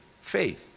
Faith